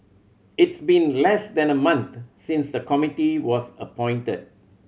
it's been less than a month since the committee was appointed